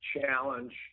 challenge